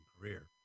career